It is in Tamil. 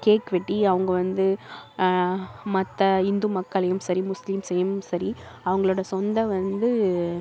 கேக் வெட்டி அவங்க வந்து மற்ற இந்து மக்களையும் சரி முஸ்லீம்சையும் சரி அவங்களோட சொந்த வந்து